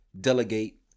delegate